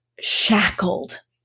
shackled